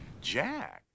Jack